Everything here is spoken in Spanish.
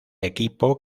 equipo